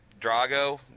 Drago